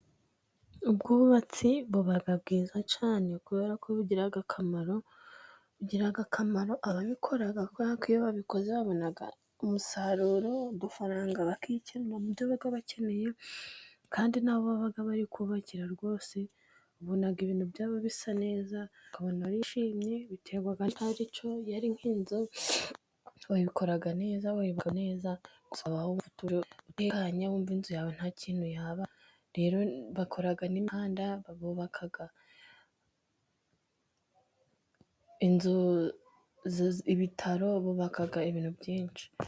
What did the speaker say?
Ubwubatsi buba bwiza cyane kubera ko bugira akamaro, bigirira akamaro ababikora, kuko iyo babikoze babona umusaruro, udufaranga bakikenura mu byo baba bakeneye, kandi n'abo baba bari kubakira rwose babona ibintu byabo bisa neza. Ukabona bishimye biterwa nuko baba bazi kubaka bagubwa neza, wumva inzu yawe nta kintu yaba. bakora n'ibitaro, bubaka ibintu byinshi cyane